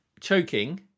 choking